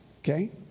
okay